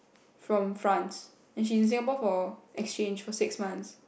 from France and she is in Singapore for exchange for six month